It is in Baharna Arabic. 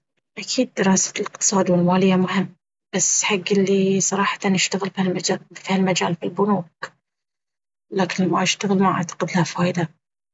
أكيد دراسة الاقتصاد والمالية مهم بس حق الي صراحة يشتغل في هالمجال في البنوك لكن الا ما يشتغل ما اعتقد لها فايدة.